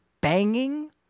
banging